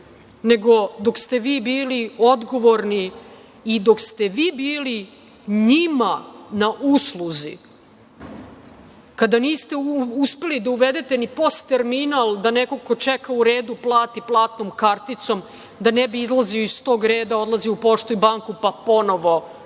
nego dok ste vi bili odgovorni i dok ste vi bili njima na usluzi, a kada niste uspeli da uvedete ni POS terminal da neko ko čeka u redu plati platnom karticom, da ne bi izlazio iz tog reda, odlazio u poštu i banku, pa ponovo čekao